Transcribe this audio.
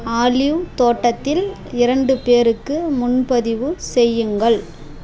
olive தோட்டத்தில் இரண்டு பேருக்கு முன்பதிவு செய்யுங்கள்